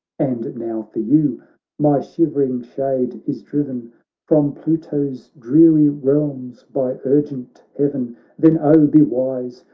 and now for you my shivering shade is driven from pluto's dreary realms by urgent heaven then oh, be wise,